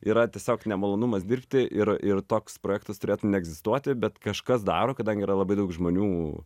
yra tiesiog nemalonumas dirbti ir ir toks projektas turėtų neegzistuoti bet kažkas daro kadangi yra labai daug žmonių